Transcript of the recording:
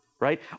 right